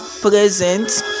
present